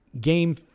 Game